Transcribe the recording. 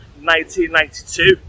1992